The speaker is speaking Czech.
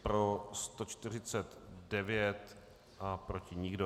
Pro 149 a proti nikdo.